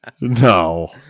No